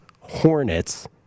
Hornets